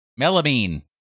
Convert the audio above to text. Melamine